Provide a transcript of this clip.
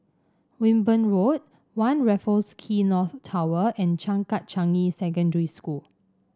Wimborne Road One Raffles Quay North Tower and Changkat Changi Secondary School